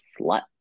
slut